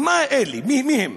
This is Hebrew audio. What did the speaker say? מה אלה, מי הם?